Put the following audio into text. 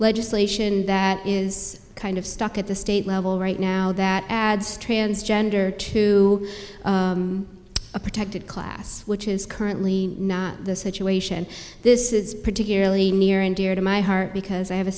legislation that is kind of stuck at the state level right now that adds transgender to a protected class which is currently not the situation this is particularly near and dear to my heart because i have a